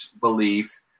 belief